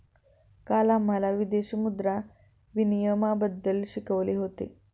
काल आम्हाला विदेशी मुद्रा विनिमयबद्दल शिकवले होते